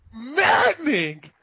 maddening